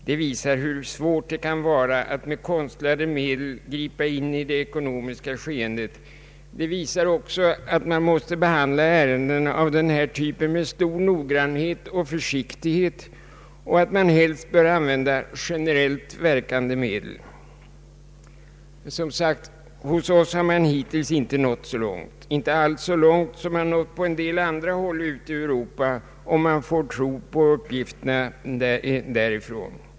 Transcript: Det visar hur svårt det kan vara att med konstlade medel gripa in i det ekonomiska skeendet. Det visar också att man måste behandla ärenden av denna typ med stor noggrannhet och försiktighet och att man helst bör använda generellt verkande medel. Som sagt, hos oss har man hittills inte nått så långt, inte alls så långt som man nått på en del andra håll ute i Europa, om man får tro på uppgifterna därifrån.